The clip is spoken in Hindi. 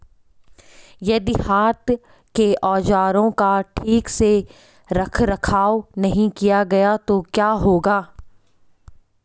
यदि हाथ के औजारों का ठीक से रखरखाव नहीं किया गया तो क्या होगा?